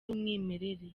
y’umwimerere